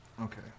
Okay